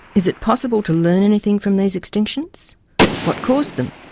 is it possible to learn anything from these extinctions what caused them?